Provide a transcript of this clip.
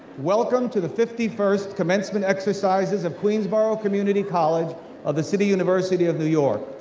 welcome to the fifty first commencement exercises of queensborough community college of the city university of new york.